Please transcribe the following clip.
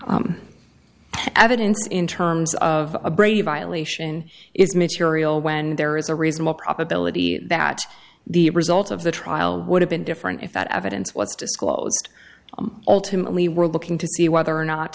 evidence in terms of a brave violation is material when there is a reasonable probability that the result of the trial would have been different if that evidence was disclosed ultimately we're looking to see whether or not